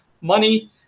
money